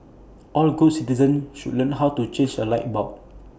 all good citizens should learn how to change A light bulb